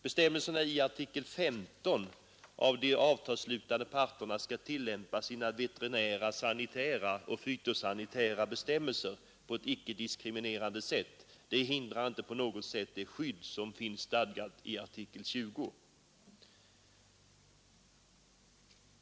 Bestämmelserna i artikel 15, att de avtalsslutande parterna skall tillämpa sina veterinära, sanitära och fytosanitära bestämmelser på ett icke diskriminerande sätt hindrar inte det skydd som finns stadgat i artikel 20.